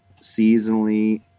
seasonally